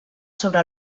sobre